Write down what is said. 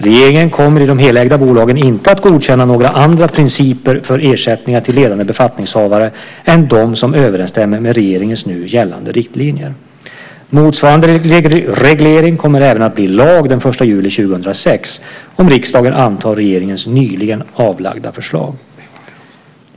Regeringen kommer i de helägda bolagen inte att godkänna några andra principer för ersättningar till ledande befattningshavare än dem som överensstämmer med regeringens nu gällande riktlinjer. Motsvarande reglering kommer även att bli lag den 1 juli 2006 om riksdagen antar regeringens nyligen framlagda förslag.